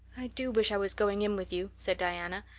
i do wish i was going in with you, said diana.